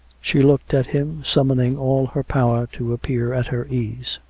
she looked at him, summoning all her power to appear at her ease.